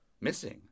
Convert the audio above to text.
Missing